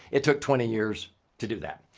it took twenty years to do that.